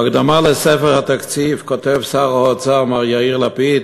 בהקדמה לספר התקציב כותב שר האוצר, מר יאיר לפיד,